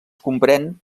comprèn